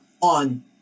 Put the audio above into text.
on